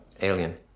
Alien